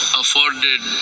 afforded